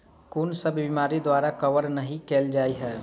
कुन सब बीमारि द्वारा कवर नहि केल जाय है?